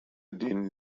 den